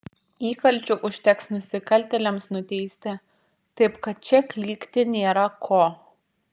įkalčių užteks nusikaltėliams nuteisti taip kad čia klykti nėra ko